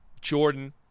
Jordan